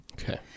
Okay